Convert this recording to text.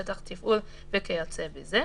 שטח ציבור וכיוצא בזה".